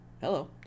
hello